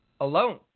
alone